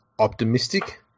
optimistic